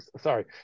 sorry